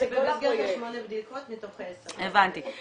זה במסגרת 8 הבדיקות מתוך 10. הבנתי.